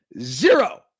zero